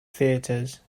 theatres